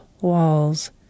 walls